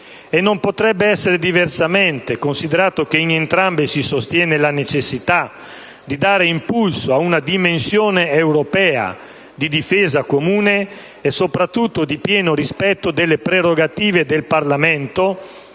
Non potrebbe essere diversamente, considerato che in entrambe si sostiene la necessità di dare impulso ad una dimensione europea di difesa comune e soprattutto di pieno rispetto delle prerogative del Parlamento